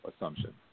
assumption